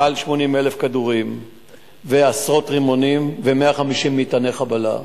מעל 80,000 כדורים ועשרות רימונים ו-150 מטעני חבלה.